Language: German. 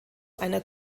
einer